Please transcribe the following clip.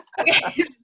Okay